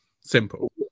simple